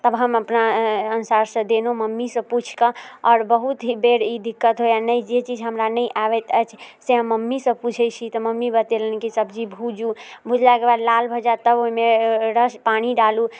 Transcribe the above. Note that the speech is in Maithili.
तब हम अपना अनुसार से देलहुँ मम्मी से पूछिके आओर बहुत ही बेर ई दिक्कत होइया नहि जे चीज हमरा नहि आबैत अछि से हम मम्मी से पूछैत छी तऽ मम्मी बतेलनि की सब्जी भूजू भूजलाके बाद लाल भऽ जायत तब ओहिमे रस पानि डालू